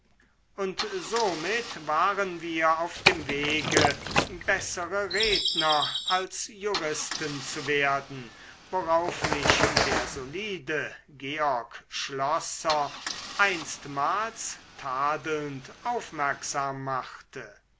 und somit waren wir auf dem wege bessere redner als juristen zu werden worauf mich der solide georg schlosser einstmals tadelnd aufmerksam machte